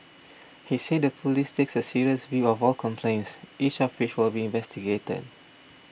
he said the police take a serious view of all complaints each of which will be investigated